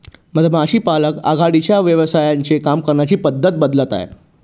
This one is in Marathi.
मधमाशी पालक आघाडीच्या व्यवसायांचे काम करण्याची पद्धत बदलत आहे